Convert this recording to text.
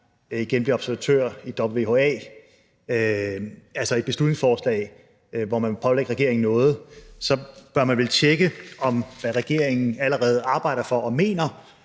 igen bliver observatør i WHA – altså et beslutningsforslag, hvor man vil pålægge regeringen noget – så bør man vil tjekke, hvad regeringen allerede arbejder for og mener.